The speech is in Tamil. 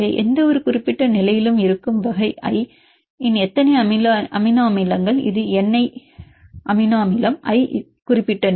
எந்தவொரு குறிப்பிட்ட நிலையிலும் இருக்கும் வகை i இன் எத்தனை அமினோ அமிலங்கள் இது n அமினோ அமிலம் i குறிப்பிட்ட நிலை